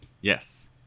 Yes